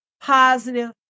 positive